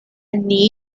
niche